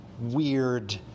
weird